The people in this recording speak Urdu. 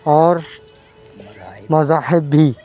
اور مذاہب بھی